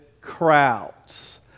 crowds